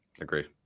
Agree